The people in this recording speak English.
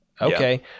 Okay